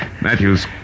Matthews